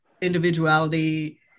individuality